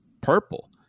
purple